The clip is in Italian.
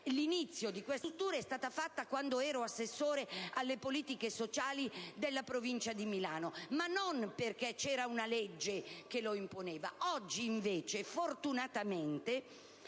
orgoglio che tale struttura è stata iniziata quando ero assessore alle politiche sociali della Provincia di Milano, ma non perché c'era una legge che lo imponesse. Oggi invece, fortunatamente,